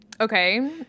Okay